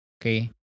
Okay